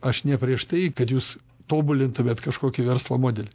aš ne prieš tai kad jūs tobulintumėt kažkokį verslo modelį